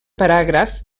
paràgraf